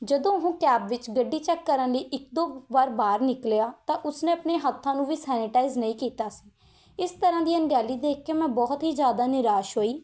ਜਦੋਂ ਉਹ ਕੈਬ ਵਿੱਚ ਗੱਡੀ ਚੈੱਕ ਕਰਨ ਲਈ ਇੱਕ ਦੋ ਵਾਰ ਬਾਹਰ ਨਿਕਲਿਆ ਤਾਂ ਉਸਨੇ ਆਪਣੇ ਹੱਥਾਂ ਨੂੰ ਵੀ ਸੈਨੀਟਾਈਜ਼ ਨਹੀਂ ਕੀਤਾ ਸੀ ਇਸ ਤਰ੍ਹਾਂ ਦੀ ਅਣਗਹਿਲੀ ਦੇਖ ਕੇ ਮੈਂ ਬਹੁਤ ਹੀ ਜ਼ਿਆਦਾ ਨਿਰਾਸ਼ ਹੋਈ